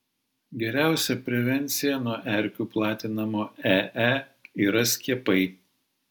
geriausia prevencija nuo erkių platinamo ee yra skiepai